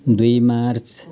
दुई मार्च